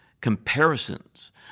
comparisons